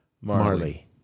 Marley